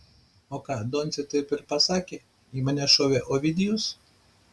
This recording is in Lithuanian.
o ką doncė taip ir pasakė į mane šovė ovidijus